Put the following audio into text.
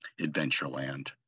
Adventureland